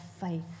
faith